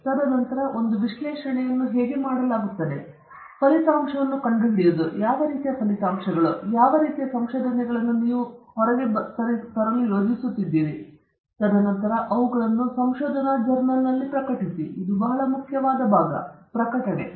ತದನಂತರ ಒಂದು ವಿಶ್ಲೇಷಣೆಯನ್ನು ಹೇಗೆ ಮಾಡಲಾಗುತ್ತದೆ ಮತ್ತು ನಂತರ ಫಲಿತಾಂಶವನ್ನು ಕಂಡುಹಿಡಿಯುವುದು ಯಾವ ರೀತಿಯ ಫಲಿತಾಂಶಗಳು ಯಾವ ರೀತಿಯ ಸಂಶೋಧನೆಗಳನ್ನು ನೀವು ಹೊರಗೆ ಬರಲು ಯೋಜಿಸುತ್ತಿದ್ದೀರಿ ತದನಂತರ ಅವುಗಳನ್ನು ಸಂಶೋಧನಾ ಜರ್ನಲ್ನಲ್ಲಿ ಪ್ರಕಟಿಸಿ ಮತ್ತು ಇದು ಬಹಳ ಮುಖ್ಯವಾದ ಭಾಗ ಪ್ರಕಟಣೆ